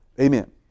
Amen